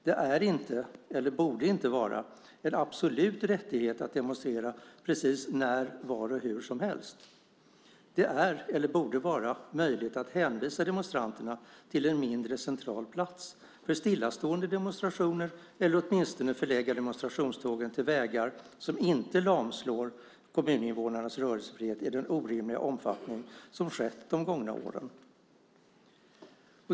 Det är inte, eller borde inte vara, en absolut rättighet att demonstrera precis när, var och hur som helst. Det är, eller borde vara, möjligt att hänvisa demonstranterna till en mindre central plats för stillastående demonstrationer eller att åtminstone förlägga demonstrationstågen till vägar som inte lamslår kommuninvånarnas rörelsefrihet i den orimliga omfattning som skett de gångna åren.